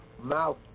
mouth